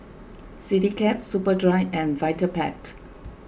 CityCab Superdry and Vitapet